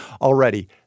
already